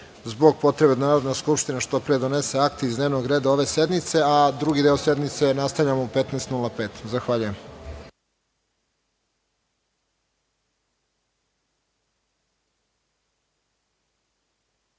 zbog potrebe da Narodna skupština što pre donese akte iz dnevnog reda ove sednice. Drugi deo sednice nastavljamo u 15.05